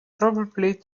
probably